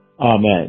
Amen